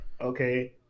okay